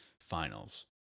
finals